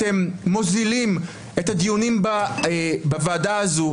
אתם מוזילים את הדיונים בוועדה הזאת,